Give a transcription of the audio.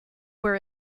where